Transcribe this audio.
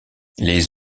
les